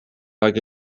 like